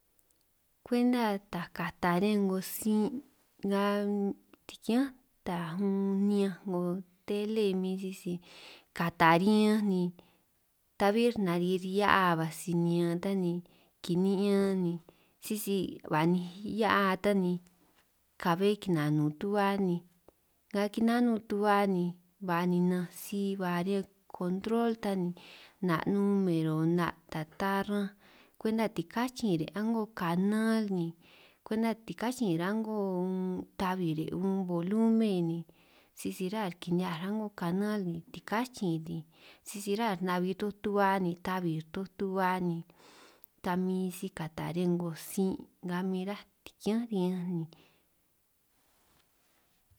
Kwenta taj kata riñan 'ngo sin' nga tikián taj unn niñanj 'ngo tele min sisi kataj riñanj, ni ta'bír narir hia'a ba sinin ñan ta kini'ñan ni sisi ba 'ninj hia'aj ta ni, ka'bbe kinano tu'ba ni nga kinano tuba ni ba ninanj si ba kontrol ta ni, 'na' numero 'na' ta taran'an kwenta tikachin re' a'ngo kanal ni, kwenta tikachin re' a'ngo tabi re' bolumen ni sisi rá re' kini'hiaj re' a'ngo kanal, ni tikachin' ni sisi rá nabi toj tu'ba ni ta'bi toj tuba ni, ta min si kata riñan 'ngo sin' nga min ráj tikián riñanj ni.